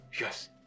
Yes